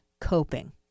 coping